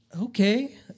okay